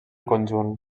conjunt